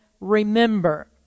remember